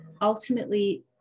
ultimately